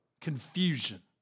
confusion